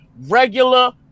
regular